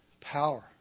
power